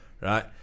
Right